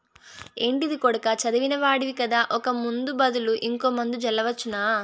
ఏంటిది కొడకా చదివిన వాడివి కదా ఒక ముందు బదులు ఇంకో మందు జల్లవచ్చునా